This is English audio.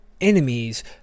enemies